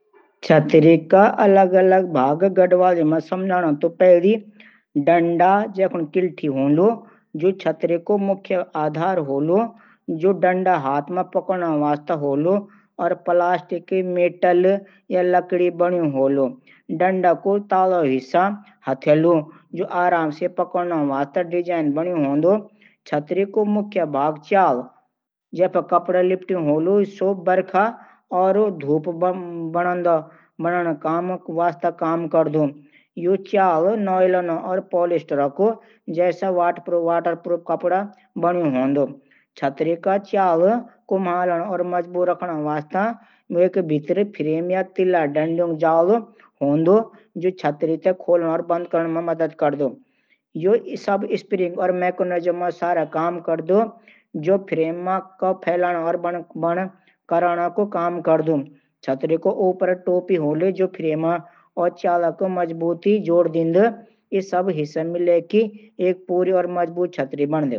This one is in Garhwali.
छतरी के अलग-अलग भाग गढ़वाली मा समझाणू तो पहले डंडा (किल्ठी) होलू, जौं छतरी को मुख्य आधार होलू। यो डंडा हाथ मा पकड़ण वास्ता होलू और प्लास्टिक, मेटल या लकड़ी को बण्यू होलू। डंडे को निच्ची हिस्सा हथ होलू, जौं आराम ले पकड़ण वास्ता डिजाइन बण्यू होलू। छतरी को मुख्य भाग च्याल (कपड़ा) होलू, जौं बारस (बारिश) और धूप बणद करन वास्ता काम करद। यो च्याल नायलॉन या पॉलिएस्टर जैंसा वॉटरप्रूफ कपड़ा को बण्यू होलू। छतरी का च्याल कुम्हालन और मजबूत रखण वास्ता भीतर फ्रेम या तिल्ला (डंडीयों को जाल) होलू, जौं छतरी खोलण और बंद करण मा मदद करद। यो सब स्प्रिंग या मेकानिज्म के सहारे काम करद, जौं फ्रेम क फैलाण और बणद कराण मा काम करद। छतरी को ऊपर टोपी होलू, जौं फ्रेम और च्याल क मजबूत जोड़ दिन्द। यी सब हिस्से मिलके एक पूरी और मजबूत छतरी बनंद।